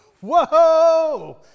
Whoa